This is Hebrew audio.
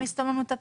לסתום לנו את הפה.